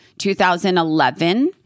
2011